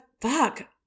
fuck